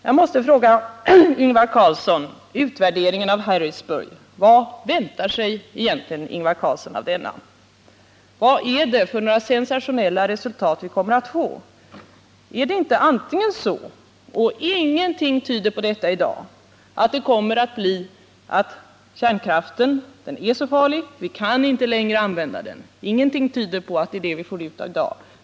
Jag måste fråga Ingvar Carlsson angående utvärderingen av Harrisburg: Vad väntar sig Ingvar Carlsson av denna? Vad är det för sensationella resultat vi kommer att få? Ingenting tyder i dag på att resultatet kommer att bli att kärnkraften är så farlig att vi inte längre kan använda den. Ingenting tyder i dag på att det är det vi får ut.